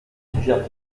suggère